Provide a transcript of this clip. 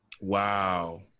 Wow